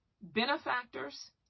benefactors